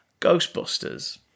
Ghostbusters